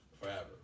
forever